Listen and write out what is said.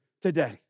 today